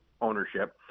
ownership